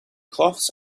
cloths